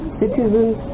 citizens